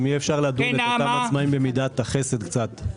אם יהיה אפשר לדון את אותם עצמאים במידת החסד קצת,